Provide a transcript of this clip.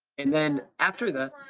and then after that